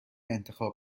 انتخاب